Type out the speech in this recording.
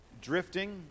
Drifting